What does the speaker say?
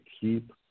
keep